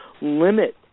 limit